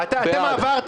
בעד